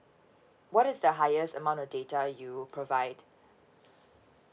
what is the highest amount of data you provide